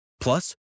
Plus